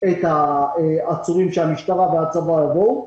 את העצורים שהמשטרה והצבא יביאו.